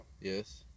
Yes